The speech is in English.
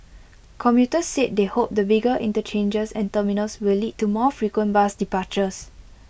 commuters said they hoped the bigger interchanges and terminals will lead to more frequent bus departures